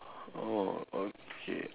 oh okay